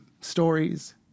stories